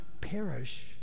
perish